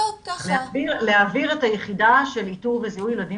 להעביר את היחידה של איתור וזיהוי ילדים